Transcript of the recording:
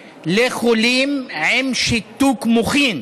פה ולסת למבוטח עם שיתוק מוחין),